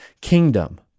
kingdom